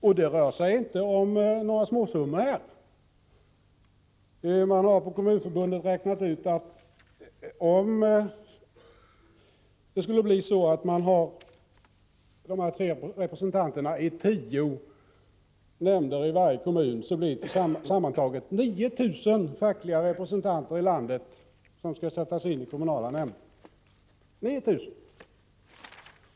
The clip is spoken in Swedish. Och det rör sig inte om några småsummor. Man har på Kommunförbundet räknat ut att 3 fackliga representanter i 10 nämnder i varje kommun blir sammantaget 9 000 sådana representanter i landets kommunala nämnder.